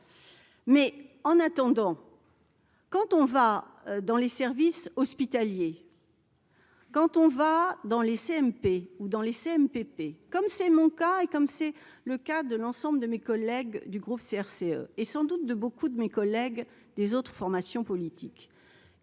mais en attendant. Quand on va dans les services hospitaliers quand on va dans les CMP ou dans les CMPP comme c'est mon cas, et comme c'est le cas de l'ensemble de mes collègues du groupe CRCE et sans doute de beaucoup de mes collègues des autres formations politiques